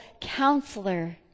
counselor